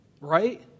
Right